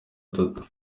gatatu